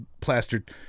plastered